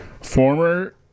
Former